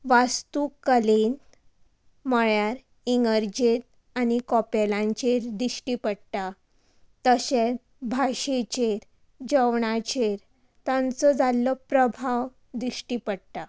वास्तू कलेंत म्हळ्यार इगर्जेत आनी कॉपेलांचेर दिश्टी पडटा तशेंत भाशेचेर जेवणाचेर तांचो जाल्लो प्रभाव दिश्टी पडटा